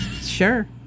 Sure